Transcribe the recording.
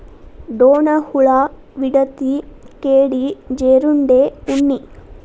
ಡೋಣ ಹುಳಾ, ವಿಡತಿ, ಕೇಡಿ, ಜೇರುಂಡೆ, ಉಣ್ಣಿ